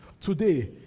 today